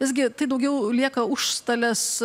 visgi tai daugiau lieka užstalės